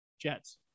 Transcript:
Jets